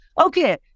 Okay